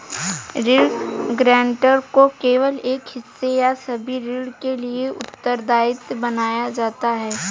ऋण गारंटर को केवल एक हिस्से या सभी ऋण के लिए उत्तरदायी बनाया जाता है